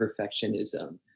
perfectionism